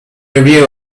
review